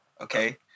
Okay